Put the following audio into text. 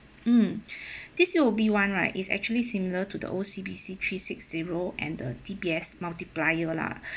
mm this U_O_B one right is actually similar to the O_C_B_C three six zero and the D_B_S multiplier lah